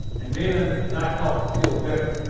and many of them could not help but feel bitter.